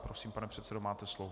Prosím, pane předsedo, máte slovo.